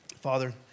Father